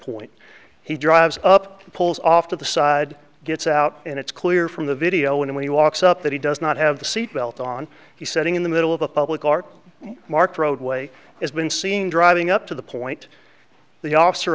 point he drives up pulls off to the side gets out and it's clear from the video when he walks up that he does not have the seatbelt on he setting in the middle of a public art mark roadway has been seen driving up to the point the officer